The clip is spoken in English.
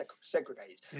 segregated